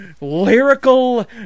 lyrical